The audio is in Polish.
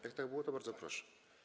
Jak tak było, to bardzo proszę.